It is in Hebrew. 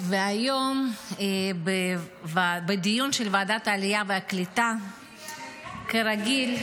והיום בדיון של ועדת העלייה והקליטה, כרגיל,